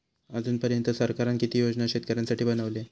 अजून पर्यंत सरकारान किती योजना शेतकऱ्यांसाठी बनवले?